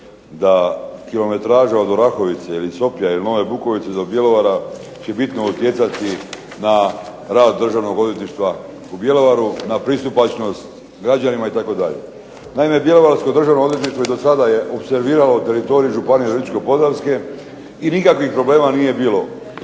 da kilometraža od Orahovice ili …/Ne razumije se./… ili Nove Bukovice do Bjelovara će bitno utjecati na rad državnog odvjetništva u Bjelovaru, na pristupačnost građanima itd. Naime bjelovarsko državno odvjetništvo i do sada je opserviralo teritorij Županije virovitičko-podravske, i nikakvih problema nije bilo.